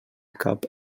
cap